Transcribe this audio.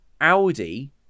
Audi